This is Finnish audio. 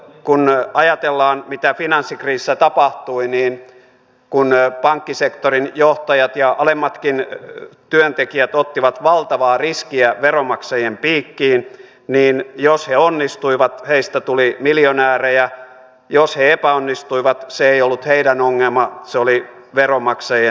kun ajatellaan mitä finanssikriisissä tapahtui niin kun pankkisektorin johtajat ja alemmatkin työntekijät ottivat valtavaa riskiä veronmaksajien piikkiin niin jos he onnistuivat heistä tuli miljonäärejä jos he epäonnistuivat se ei ollut heidän ongelmansa se oli veronmaksajien ongelma